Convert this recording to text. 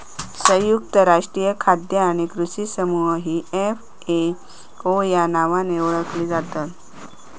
संयुक्त राष्ट्रीय खाद्य आणि कृषी समूह ही एफ.ए.ओ या नावाने ओळखली जातत